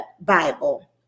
Bible